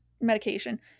medication